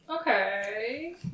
Okay